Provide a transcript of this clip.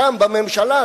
שם בממשלה,